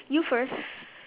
you first